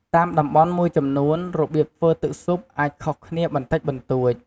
តាមតំបន់មួយចំនួន របៀបធ្វើទឹកស៊ុបអាចខុសគ្នាបន្តិចបន្តួច។